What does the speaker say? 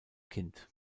kind